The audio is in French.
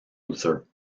luther